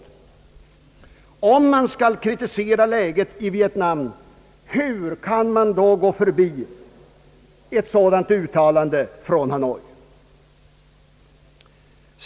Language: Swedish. Om man skall kritisera läget i Vietnam, hur kan man då gå förbi ett sådant uttalande från Hanoi?